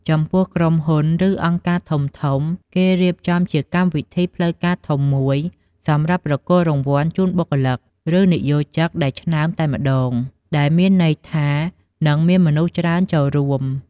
ចំំពោះក្រុមហ៊ុន ឬ អង្គការធំៗ គេរៀបចំជាកម្មវិធីផ្លូវការធំមួយសម្រាប់ប្រគល់រង្វាន់ជូនបុគ្គលិក ឬ និយោកជិកដែលឆ្នើមតែម្ដង ដែលមានន័យថានឹងមានមនុស្សច្រើនចូលរួម។